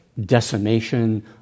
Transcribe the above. decimation